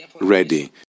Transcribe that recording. ready